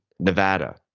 Nevada